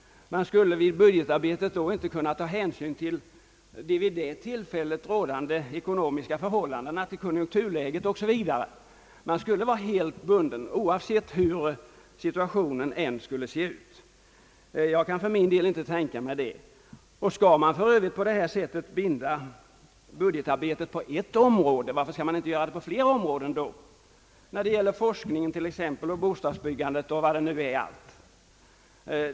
Man skulle vid budgetarbetet då inte kunna ta hänsyn till de rådande ekonomiska förhållandena, till konjunkturläget o. s. v. Man skulle vara helt bunden, oavsett hur situationen än vore. Jag kan för min del inte heller tänka mig att man på detta sätt skulle binda budgetarbetet på ett visst område. Varför skulle man inte då kunna göra det på flera områden, t.ex. när det gäller forskning, bostadsbyggande och vad det nu än kan vara?